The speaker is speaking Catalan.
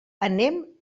anem